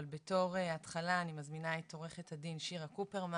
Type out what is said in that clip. אבל בתור התחלה אני מזמינה את עוה"ד שירה קופרמן,